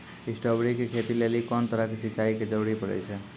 Strawberry के खेती लेली कोंन तरह के सिंचाई के जरूरी पड़े छै?